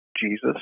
Jesus